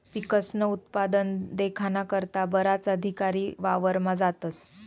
पिकस्नं उत्पादन देखाना करता बराच अधिकारी वावरमा जातस